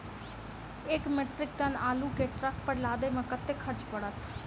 एक metric ton आलु केँ ट्रक पर लदाबै मे कतेक खर्च पड़त?